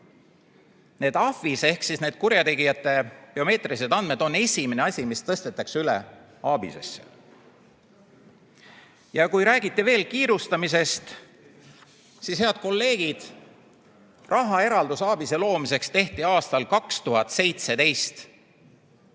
AFIS ehk need kurjategijate biomeetrilised andmed on esimene asi, mis tõstetakse üle ABIS-esse. Kui räägiti veel kiirustamisest, siis, head kolleegid, rahaeraldus ABIS-e loomiseks tehti aastal 2017.